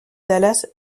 dallas